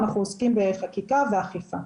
אנחנו עוסקים בחקיקה ואכיפה.